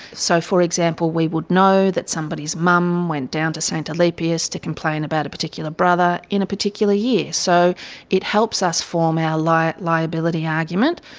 so, for example, we would know that somebody's mum went down to st alipius to complain about a particular brother in a particular year. so it helps us form our like liability argument.